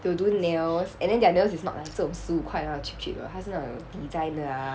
they will do nails and then their nails is not 这种十五块 one cheap cheap one 它是那种 designer